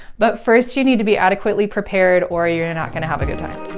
but first you need to be adequately prepared or you're not going to have a good time.